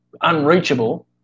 unreachable